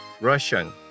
Russian